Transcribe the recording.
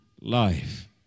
life